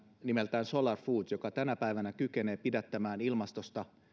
nimeltään solar foods joka tänä päivänä kykenee pidättämään ilmastosta hiilidioksidia